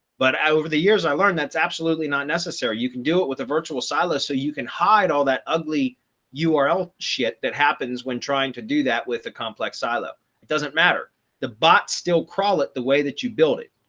but over the years, i learned that it's absolutely not necessary, you can do it with a virtual silo. so you can hide all that ugly url shit that happens when trying to do that with a complex silo, it doesn't matter the but still crawl it the way that you build it.